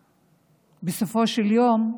בסופו של יום,